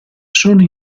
sono